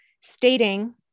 stating